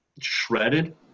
shredded